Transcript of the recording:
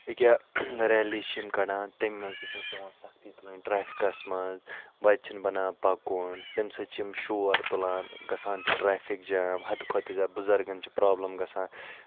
اِکیٚاہ ریلی چھِ یِم کَڈان تمہِ مَنٛز تہٕ چھِ اَسہ پٮیٚوان سَختیٖ تُلٕنۍ ٹریفکَس مَنٛز وَتہ چھُ نہٕ بَنان پَکُن تمہِ سۭتۍ چھِ یِم شور تُلان گَژھان چھُ ٹرافِک جیم حَد کھۄتہٕ تہ زیادٕ بُزَرگَن چھِ پروبلَم گَژھان